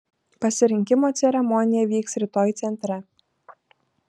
pasirinkimo ceremonija vyks rytoj centre